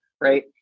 right